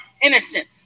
innocent